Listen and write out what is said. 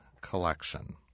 Collection